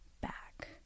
back